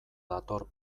dator